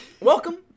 Welcome